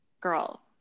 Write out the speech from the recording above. girl